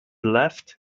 left